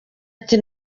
ati